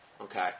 Okay